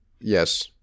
yes